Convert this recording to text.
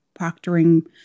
proctoring